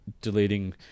deleting